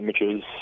images